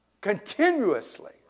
continuously